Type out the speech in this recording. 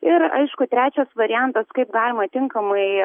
ir aišku trečias variantas kaip galima tinkamai